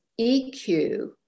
EQ